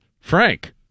Frank